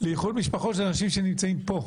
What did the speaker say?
לאיחוד משפחות של אנשים שנמצאים פה.